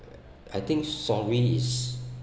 I think sorry is